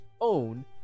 own